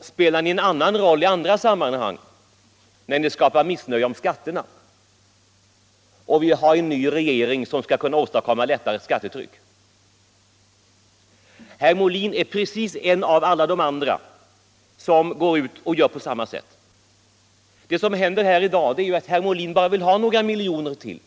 spelar ni en annan roll i andra sammanhang, när ni skapar missnöje om skatterna och vill ha en ny regering som skall kunna åstadkomma ett lättare skattetryck. Herr Molin gör på samma sätt och är precis som alla de andra.